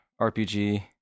RPG